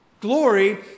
Glory